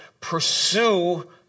pursue